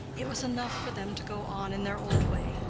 it was enough for them to go on in their old way,